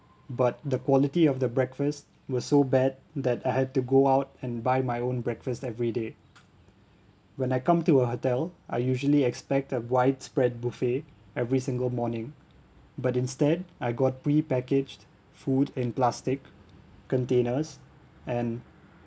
but the quality of the breakfast was so bad that I had to go out and buy my own breakfast every day when I come to a hotel I usually expect a widespread buffet every single morning but instead I got pre packaged food in plastic containers and